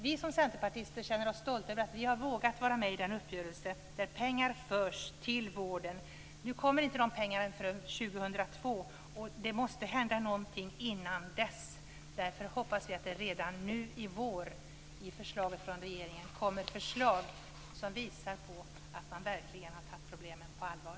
Vi centerpartister känner oss stolta över att vi vågat vara med i den uppgörelse där pengar förs till vården. Nu kommer inte dessa pengar förrän år 2002, och det måste hända någonting innan dess. Därför hoppas vi att det redan nu i vår kommer förslag från regeringen som visar att man verkligen har tagit problemen på allvar.